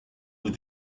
with